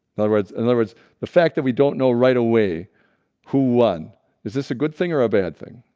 in other words, in other words the fact that we don't know right away who won is this a good thing or a bad thing?